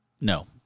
No